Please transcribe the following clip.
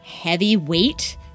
heavyweight